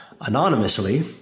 anonymously